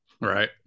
right